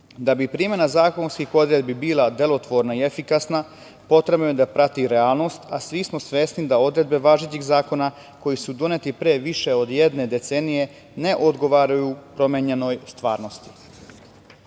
bi primena zakonskih odredbi bila delotvorna i efikasna, potrebno je da prati realnost, a svi smo svesni da odredbe važećih zakona koji su doneti pre više od jedne decenije ne odgovaraju promenjenoj stvarnosti. Predloženim